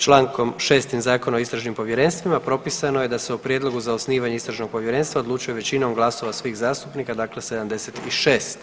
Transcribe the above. Člankom 6. Zakona o istražnim povjerenstvima propisano je da se u prijedlogu za osnivanje istražnog povjerenstva odlučuje većinom glasova svih zastupnika, dakle 76.